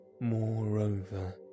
moreover